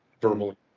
verbally